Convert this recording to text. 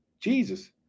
Jesus